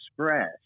Express